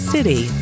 City